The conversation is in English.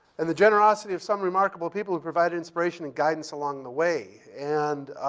and the generosity of some remarkable people who've provided inspiration and guidance along the way. and,